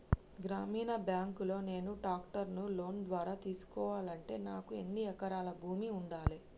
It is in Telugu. గ్రామీణ బ్యాంక్ లో నేను ట్రాక్టర్ను లోన్ ద్వారా తీసుకోవాలంటే నాకు ఎన్ని ఎకరాల భూమి ఉండాలే?